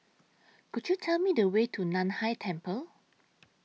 Could YOU Tell Me The Way to NAN Hai Temple